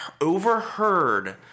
overheard